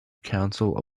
council